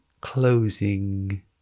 closing